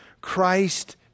Christ